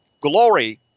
Glory